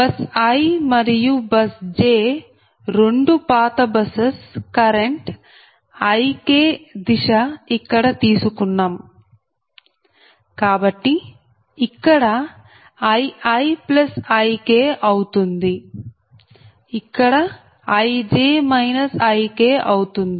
bus i మరియు bus j రెండు పాత బసెస్ కరెంట్ Ik దిశ ఇక్కడ తీసుకున్నాం కాబట్టి ఇక్కడ IiIk అవుతుంది ఇక్కడ Ij Ik అవుతుంది